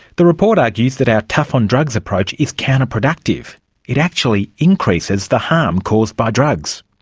the report argues that our tough on drugs approach is counterproductive it actually increases the harm caused by drugs.